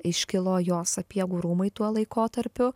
iškilo jo sapiegų rūmai tuo laikotarpiu